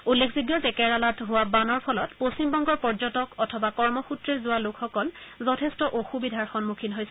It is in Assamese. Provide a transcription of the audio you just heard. উল্লেখযোগ্য যে কেৰেলাত হোৱা বানৰ ফলত পশ্চিমবংগৰ পৰ্যটক অথবা কৰ্মসূত্ৰে যোৱা লোকসকল যথেষ্ট অসুবিধাৰ সন্মুখীন হৈছে